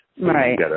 Right